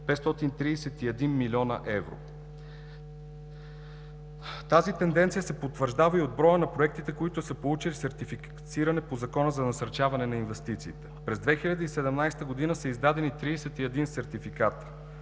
531 млн. евро. Тази тенденция се потвърждава и от броя на проектите, които са получили сертифициране по Закона за насърчаване на инвестициите. През 2017 г. са издадени 31 сертификата.